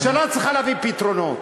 הממשלה צריכה להביא פתרונות.